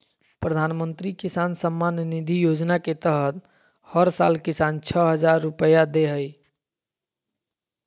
प्रधानमंत्री किसान सम्मान निधि योजना के तहत हर साल किसान, छह हजार रुपैया दे हइ